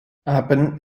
apen